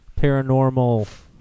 paranormal